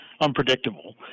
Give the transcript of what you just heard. unpredictable